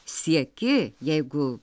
sieki jeigu